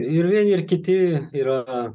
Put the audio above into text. ir vieni ir kiti yra